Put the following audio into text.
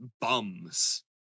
bums